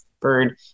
Bird